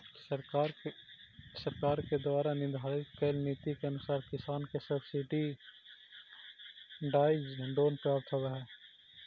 सरकार के द्वारा निर्धारित कैल नीति के अनुसार किसान के सब्सिडाइज्ड लोन प्राप्त होवऽ हइ